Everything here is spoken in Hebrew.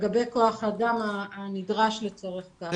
לגבי כוח האדם הנדרש לצורך כך.